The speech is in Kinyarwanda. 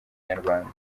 nyarwanda